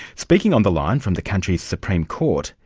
speaking on the line from the country's supreme court,